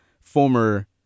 former